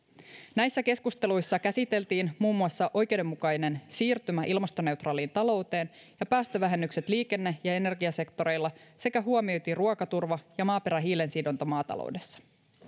näissä keskusteluissa käsiteltiin muun muassa oikeudenmukainen siirtymä ilmastoneutraaliin talouteen ja päästövähennykset liikenne ja energiasektoreilla sekä huomioitiin ruokaturva ja maaperän hiilensidonta maataloudessa